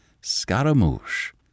Scaramouche